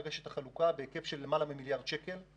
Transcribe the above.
לרשת החלוקה בהיקף של יותר ממיליארד שקל.